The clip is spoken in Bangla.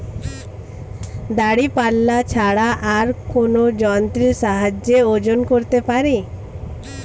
দাঁড়িপাল্লা ছাড়া আর কোন যন্ত্রের সাহায্যে ওজন করতে পারি?